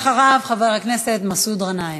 ואחריו, חבר הכנסת מסעוד גנאים.